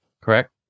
correct